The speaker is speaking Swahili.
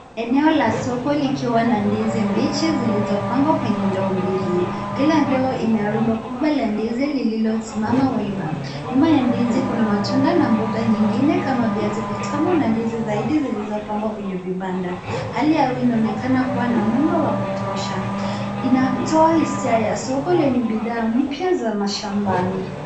Eneo la soko likiwa na ndizi mbichi zilizopangwa kwenye ndoo mbili. kila ndo ina rundo kubwa la ndizi lililosimama wima. Nyuma ya ndizi kuna matunda na mbonga nyingine kama viazi vitmu na ndizi zaidi zilizpangwa kwenye vibanda, hali yao inaonekana kuwa na mwanga wa kutosha, inatoa hisia ya soko lenye bidhaa mpya za mashambani.